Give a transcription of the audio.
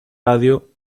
radio